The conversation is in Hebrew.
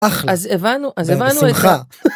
אחלה! אז הבנו... אז הבנתי את ה... בשמחה!